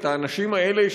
את האנשים האלה,